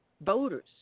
voters